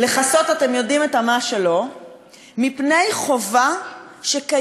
לכסות אתם יודעים את המה שלו מפני חובה שקיימת.